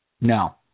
No